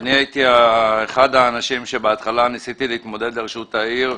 אני הייתי אחד האנשים שבהתחלה ניסיתי להתמודד לראשות העיר.